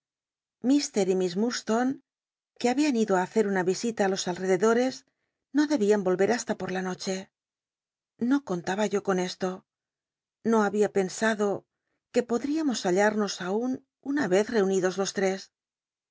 iiurdstone que habían ido tí hacer una visitn á los atrededores no debían volver hastn por la nocllc no contaba yo con esto no babia t cnsado tuc podríamos hattarnos aun una vez reunidos tos trcs